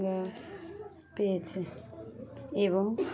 পেয়েছি এবং